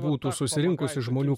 būtų susirinkusi žmonių